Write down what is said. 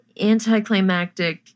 anticlimactic